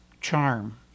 charm